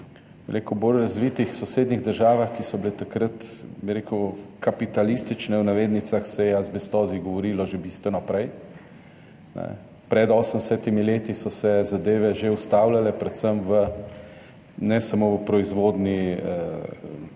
se je v bolj razvitih sosednjih državah, ki so bile takrat, bi rekel, »kapitalistične«, v navednicah, o azbestozi govorilo že bistveno prej, pred 80. leti so se zadeve že ustavljale, ne samo v proizvodnji